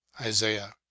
Isaiah